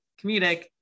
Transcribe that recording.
comedic